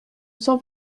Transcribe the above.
cent